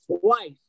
twice